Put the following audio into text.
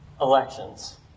elections